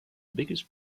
biggest